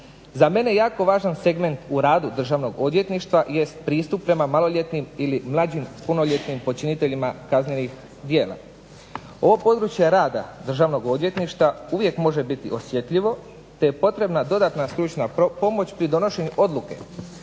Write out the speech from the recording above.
Za mene jako važan segment u radu državnog odvjetništva jest pristup prema maloljetnim ili mlađim punoljetnim počiniteljima kaznenih djela. Ovo područje rada Državnog odvjetništva uvijek može biti osjetljivo te je potrebna dodatna stručna pomoć pri donošenju odluke